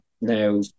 now